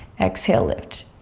exhale lift.